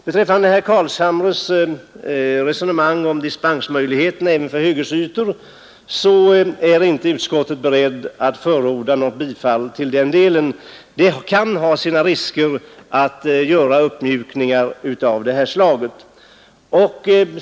Herr Carlshamre vill ha dispensmöjligheter även för hyggesytor, men utskottet har inte varit berett att förorda något bifall. Det kan ha sina risker att göra uppmjukningar av detta slag.